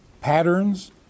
Patterns